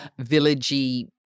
villagey